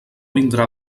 vindrà